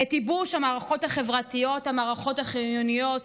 את ייבוש המערכות החברתיות, המערכות החיוניות,